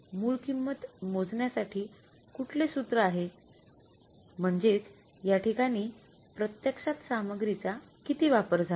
मूळ किंमत मोजण्या साठी कुठंले सूत्र आहे म्हणजेच याठिकाणी प्रत्यक्षात सामग्रीचा किती वापर झाला